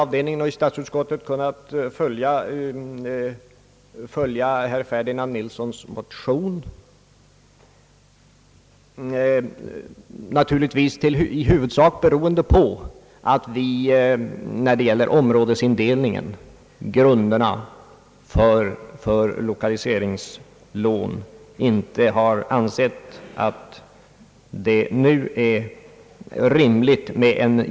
Vi och i statsutskottet kunnat följa herr Ferdinand Nilssons motion på den punkten, naturligtvis i huvudsak beroende på att vi inte ansett det rimligt med en genomgripande förändring nu av områdesindelningen och grunderna för lokaliseringslånen.